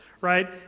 right